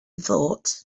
thought